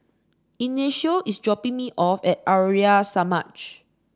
Ignacio is dropping me off at Arya Samaj